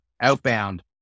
outbound